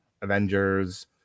Avengers